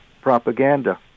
Propaganda